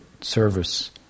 service